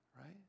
right